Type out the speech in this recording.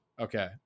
Okay